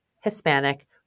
Hispanic